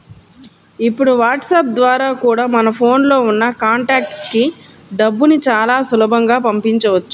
ఇప్పుడు వాట్సాప్ ద్వారా కూడా మన ఫోన్ లో ఉన్న కాంటాక్ట్స్ కి డబ్బుని చాలా సులభంగా పంపించవచ్చు